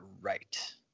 right